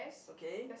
okay